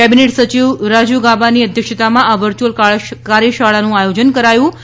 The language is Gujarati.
કેબીનેટ સચિવ રાજીવ ગાબાની અધ્યક્ષતામાં આ વર્ચયુઅલ કાર્યશાળાનું આયોજન કરાયું હતું